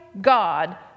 God